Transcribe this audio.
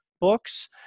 books